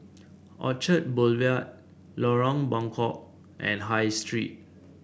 Orchard Boulevard Lorong Buangkok and High Street